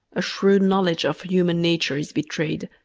a shrewd knowledge of human nature is betrayed,